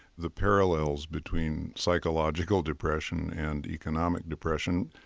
the parallels between psychological depression and economic depression.